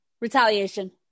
retaliation